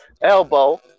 elbow